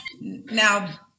Now